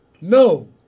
No